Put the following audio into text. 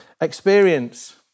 Experience